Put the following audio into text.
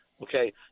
okay